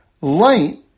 light